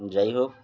যাই হোক